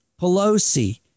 Pelosi